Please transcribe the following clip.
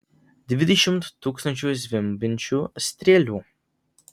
dvidešimt tūkstančių zvimbiančių strėlių